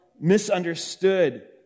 misunderstood